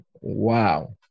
wow